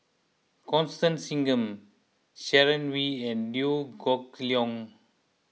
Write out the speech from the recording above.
Constance Singam Sharon Wee and Liew Geok Leong